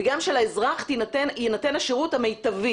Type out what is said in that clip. וגם שלאזרח יינתן השירות המיטבי